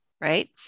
Right